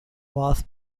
was